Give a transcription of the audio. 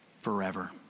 Forever